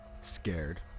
Scared